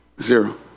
Zero